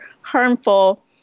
harmful